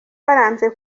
waranze